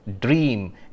dream